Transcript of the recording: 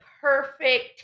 perfect